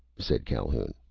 said calhoun,